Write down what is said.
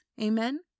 Amen